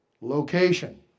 Location